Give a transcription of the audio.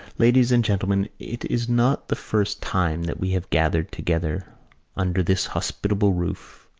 ladies and gentlemen, it is not the first time that we have gathered together under this hospitable roof,